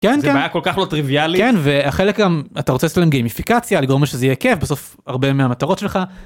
בעייה כל כך לא טריוויאלית. וחלק גם... אתה רוצה לעשות גיימיפיקציה, לגרום שזה יהיה כיף. בסוף הרבה מהמטרות שלך.